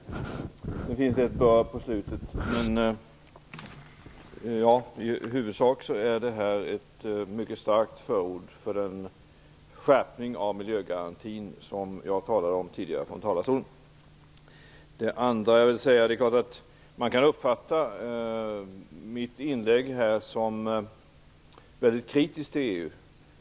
Det finns ett bör i slutet. I huvudsak är det ett mycket starkt förord för den skärpning av miljögarantin som jag talade om tidigare. Man kan naturligtvis uppfatta mitt inlägg som kritiskt mot EU.